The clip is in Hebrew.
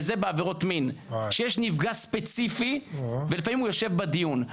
וזה בעבירות מין כשיש נפגע ספציפי ולפעמים הוא יושב בדיון.